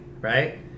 right